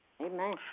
Amen